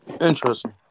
Interesting